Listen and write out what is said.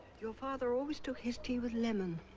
your father always took his tea with lemon